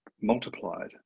multiplied